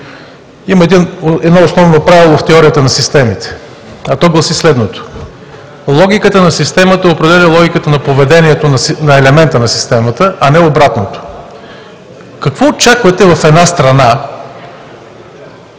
Има едно основно правило в теорията на системите, а то гласи следното: „Логиката на системата определя логиката на поведението на елемента на системата, а не обратното“. Какво очаквате в една страна,